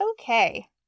Okay